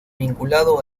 vinculado